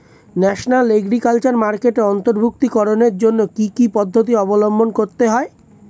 National agriculture মার্কেটে অন্তর্ভুক্তিকরণের জন্য কি কি পদ্ধতি অবলম্বন করতে হয়?